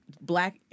black